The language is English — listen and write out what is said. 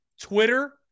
Twitter